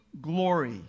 glory